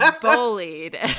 bullied